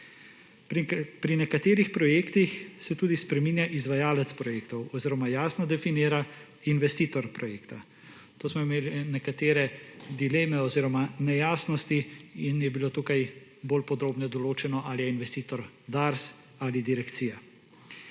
Pri nekaterih projektih se tudi spreminja izvajalec projektov oziroma jasno definira investitor projekta. Tu smo imeli nekatere dileme oziroma nejasnosti in je bilo tukaj bolj podrobneje določeno ali je investitor Dars ali direkcija.